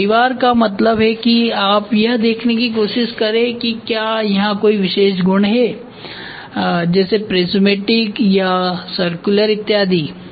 तो परिवार का मतलब है कि आप यह देखने की कोशिश करें कि क्या यहाँ कोई विशेष गुण है जैसे प्रिस्मैटिक या सर्कुलर इत्यादि